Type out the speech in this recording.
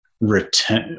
return